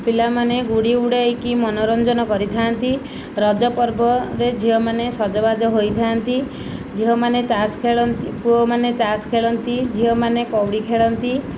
ପିଲାମାନେ ଗୁଡ଼ି ଉଡ଼ାଇକି ମନୋରଞ୍ଜନ କରିଥାନ୍ତି ରଜପର୍ବରେ ଝିଅମାନେ ସଜବାଜ ହୋଇଥାନ୍ତି ଝିଅମାନେ ତାସ ଖେଳନ୍ତି ପୁଅମାନେ ତାସ ଖେଳନ୍ତି ଝିଅମାନେ କଉଡ଼ି ଖେଳନ୍ତି